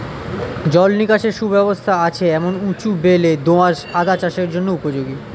জল নিকাশের সুব্যবস্থা আছে এমন উঁচু বেলে দোআঁশ আদা চাষের জন্য উপযোগী